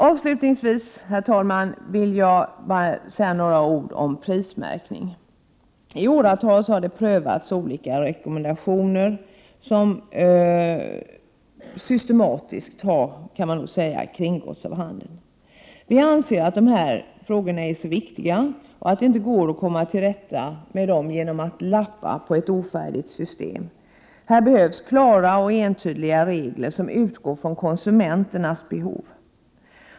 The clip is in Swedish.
Avslutningsvis vill jag, herr talman, säga några ord om prismärkning. I åratal har olika rekommendationer prövats som systematiskt har kringgåtts av handeln. Vi i vpk anser att dessa frågor är så viktiga att det inte går att komma till rätta med dem genom att lappa ett ofärdigt system. Här behövs klara och entydiga regler, som utgår från konsumenternas behov.